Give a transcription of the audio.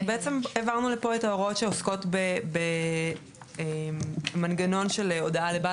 בעצם העברנו לפה את ההוראות שעוסקות במנגנון של הודעה לבעל